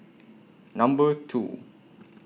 Number two